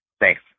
Thanks